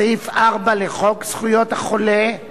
סעיף 4 לחוק זכויות החולה,